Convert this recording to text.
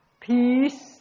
peace